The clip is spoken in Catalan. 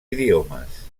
idiomes